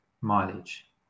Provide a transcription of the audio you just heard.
mileage